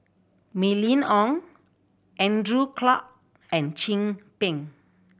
Mylene Ong Andrew Clarke and Chin Peng